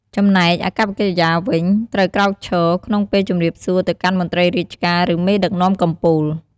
ចំណែកអាកប្បកិរិយាវិញ ត្រូវក្រោកឈរ ក្នុងពេលជម្រាបសួរទៅកាន់មន្រ្តីរាជការ ឫមេដឹកនាំកំពូល។